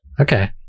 Okay